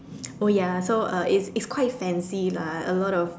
oh ya so uh it's it's quite fancy lah a lot of